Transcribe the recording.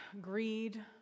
greed